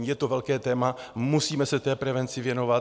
Je to velké téma, musíme se té prevenci věnovat.